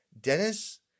Dennis